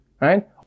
right